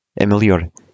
melhor